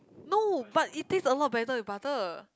no but it taste a lot better with butter